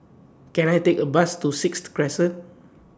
Can I Take A Bus to Sixth Crescent